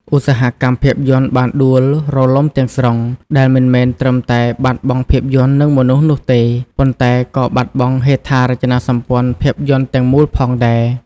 ឧស្សាហកម្មភាពយន្តបានដួលរលំទាំងស្រុង ដែលមិនមែនត្រឹមតែបាត់បង់ភាពយន្ត និងមនុស្សនោះទេ ប៉ុន្តែក៏បាត់បង់ ហេដ្ឋារចនាសម្ព័ន្ធភាពយន្តទាំងមូល ផងដែរ។